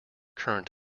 current